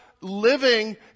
living